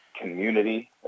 community